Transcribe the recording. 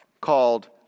called